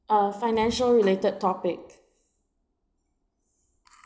a financial related topic